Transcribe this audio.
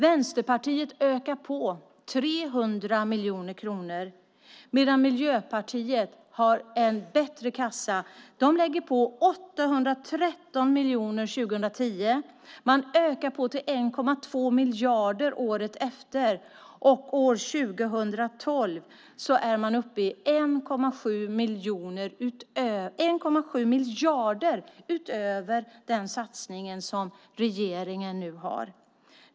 Vänsterpartiet ökar på med 300 miljoner kronor, medan Miljöpartiet har en bättre kassa. De lägger på 813 miljoner 2010. Man ökar på till 1,2 miljarder året efter, och år 2012 är man uppe i 1,7 miljarder utöver den satsning som regeringen nu har.